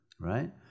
right